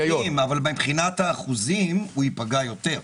מבחינת האחוזים הוא ייפגע יותר.